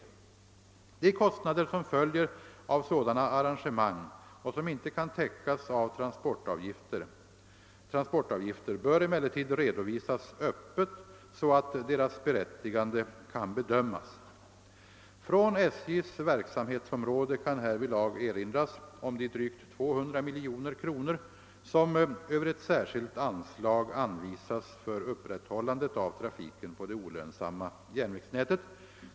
De kostnader som följer av sådana arrangemang och som inte kan täckas av transportavgifter bör emellertid redovisas öppet så att deras berättigande kan bedömas. Från SJ:s verksamhetsområde kan härvidlag erinras om de drygt 200 miljoner kronor som över ett särskilt anslag anvisas för upprätthållandet av trafiken på det olönsamma järnvägsnätet.